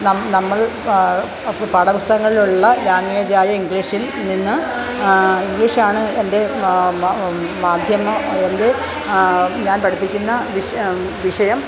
നമ്മള് പാഠ പുസ്തകങ്ങളിലുള്ള ലാങ്ങ്വേജായ ഇംഗ്ലീഷില് നിന്ന് ഇംഗ്ലീഷാണ് എന്റെ മാധ്യമ എന്റെ ഞാന് പഠിപ്പിക്കുന്ന വിഷ് വിഷയം